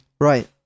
Right